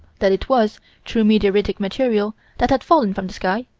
that it was true meteoritic material that had fallen from the sky,